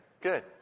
good